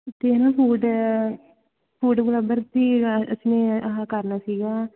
ਅਤੇ ਇਹ ਨਾ ਫੂਡ ਫੂਡ ਬਲੋਗਰ 'ਤੇ ਅਸੀਂ ਆਹ ਕਰਨਾ ਸੀਗਾ